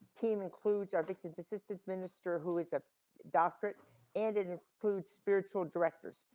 team includes our victims assistance minister who is a doctor and includes spiritual directors.